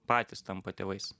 patys tampa tėvais